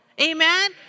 Amen